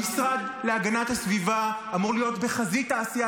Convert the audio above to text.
המשרד להגנת הסביבה אמור להיות בחזית העשייה